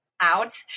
out